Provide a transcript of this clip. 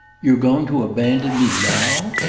you're going to abandon me now?